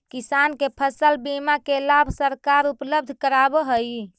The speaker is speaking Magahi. किसान के फसल बीमा के लाभ सरकार उपलब्ध करावऽ हइ